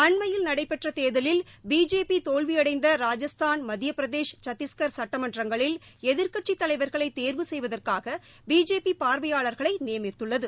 அண்மையில் நடைபெற்ற தேர்தலில் பிஜேபி தோல்வியடைந்த ராஜஸ்தான் மத்திய பிரதேஷ் சத்திஷ்கா் சட்டமன்றங்களில் எதிா்க்கட்சித் தலைவா்களை தேர்வு செய்வதற்காக பிஜேபி பாாவையாளா்களை நியமித்துள்ளது